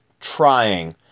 trying